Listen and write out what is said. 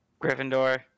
Gryffindor